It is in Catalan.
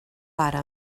pare